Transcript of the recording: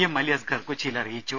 M Ali Asghar കൊച്ചിയിൽ അറിയിച്ചു